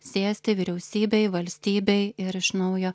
sėsti vyriausybei valstybei ir iš naujo